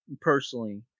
personally